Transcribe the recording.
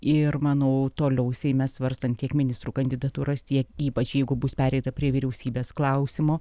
ir manau toliau seime svarstant kiek ministrų kandidatūras tiek ypač jeigu bus pereita prie vyriausybės klausimo